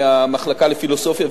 מהמחלקה לפילוסופיה,